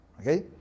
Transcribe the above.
Okay